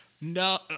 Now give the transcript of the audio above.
no